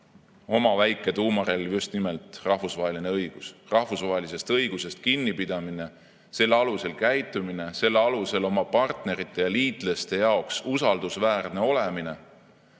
oma väike tuumarelv just nimelt rahvusvaheline õigus, rahvusvahelisest õigusest kinnipidamine, selle alusel käitumine, selle alusel oma partnerite ja liitlaste silmis usaldusväärne ja